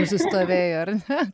nusistovėjo ar ne